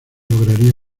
lograría